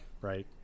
right